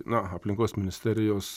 na aplinkos ministerijos